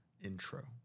intro